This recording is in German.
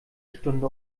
stunde